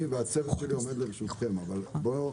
אני והצוות שלי עומדים לרשותכם, אבל בוא.